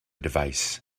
device